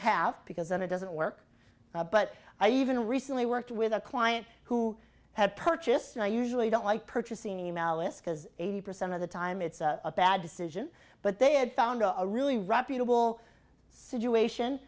have because then it doesn't work but i even recently worked with a client who had purchased an i usually don't like purchasing e mail list because eighty percent of the time it's a bad decision but they had found a really reputable situation